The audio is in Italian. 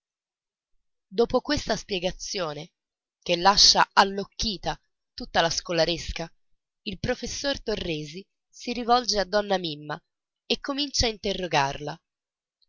dopo questa spiegazione che lascia allocchita tutta la scolaresca il professor torresi si rivolge a donna mimma e comincia a interrogarla